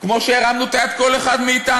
כמו שהרמנו את היד כל אחד מאתנו.